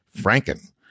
franken